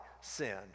sin